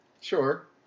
Sure